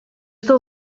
del